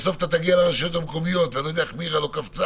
בסוף אתה תגיע לרשויות המקומיות ואני לא יודע איך מירה לא קפצה.